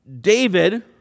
David